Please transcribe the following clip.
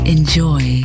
Enjoy